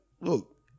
look